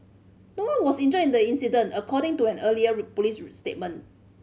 no one was injured in the incident according to an earlier police statement